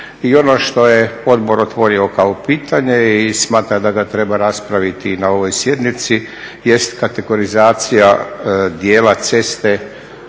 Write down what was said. I ono što je odbor otvorio kao pitanje i smatra da ga treba raspraviti i na ovoj sjednici jest kategorizacija dijela ceste u državnu